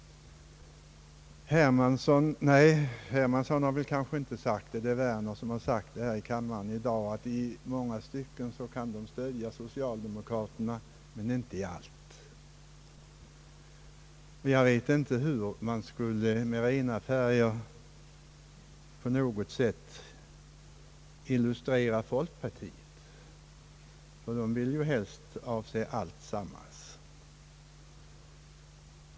Herr Werner har sagt här i kammaren i dag att hans parti i många stycken kan stödja socialdemokraterna men inte i allt. Och jag vet inte hur man skulle med klara färger på något sätt illustrera folkpartiet, ty det vill ju helst uppträda i alla tänkbara kulörer.